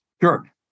Sure